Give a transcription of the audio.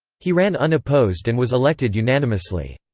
he ran unopposed and was elected unanimously.